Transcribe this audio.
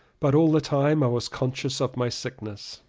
but all the time i was conscious of my sickness.